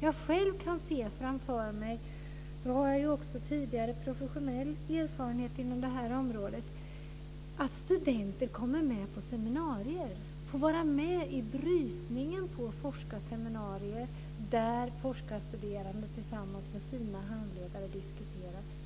Jag kan själv se framför mig - jag har tidigare professionell erfarenhet inom området - att studenter kommer med på seminarier, de får vara med i brytningen på forskarseminarier där forskarstuderande diskuterar tillsammans med sina handledare.